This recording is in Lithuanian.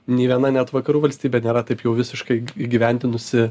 ny viena net vakarų valstybė nėra taip jau visiškai į įgyvendinusi